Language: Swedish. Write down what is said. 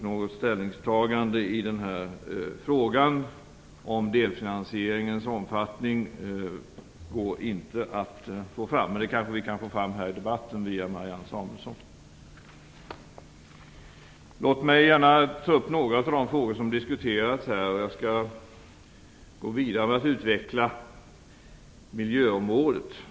Något ställningstagande i fråga om delfinansieringens omfattning går det inte att få fram. Men det kanske vi kan få fram här i debatten via Jag tar gärna upp några av de frågor som har diskuterats här och går vidare genom att utveckla miljöområdet.